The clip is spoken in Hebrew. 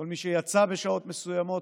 כל מי שיצא בשעות מסוימות,